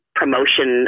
promotion